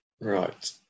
Right